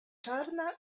czarna